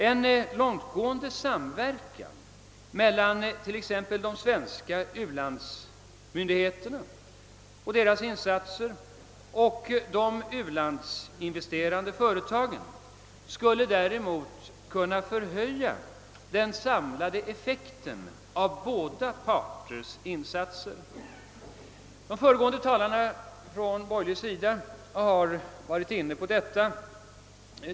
En långtgående samverkan mellan t.ex. de svenska ulandsmyndigheterna och de u-landsinvesterande företagen skulle däremot kunna förhöja den samlade effekten av båda parters insatser. De föregående talarna från borgerlig sida har varit inne på detta.